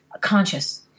conscious